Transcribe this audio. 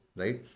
right